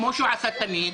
כמו שהוא עשה תמיד,